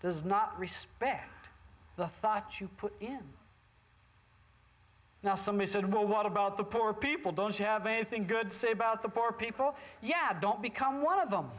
does not respect the thoughts you put in now some listen well what about the poor people don't have anything good say about the poor people yeah don't become one of them